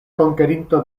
konkerinto